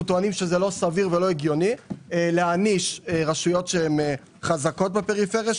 אנחנו טוענים שזה לא סביר ולא הגיוני להעניש רשויות חזקות בפריפריה.